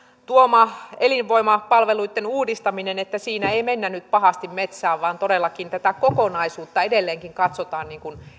tuomassa elinvoimapalveluitten uudistamisessa ei mennä nyt pahasti metsään vaan todellakin tätä kokonaisuutta edelleenkin katsotaan